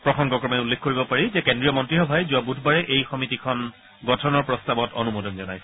প্ৰসঙ্গক্ৰমে উল্লেখ কৰিব পাৰি যে কেন্দ্ৰীয় মন্ত্ৰীসভাই যোৱা বুধবাৰে এই সমিতিখন গঠনৰ প্ৰস্তাৱত অনুমোদন জনাইছিল